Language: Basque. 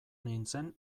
nintzen